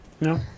No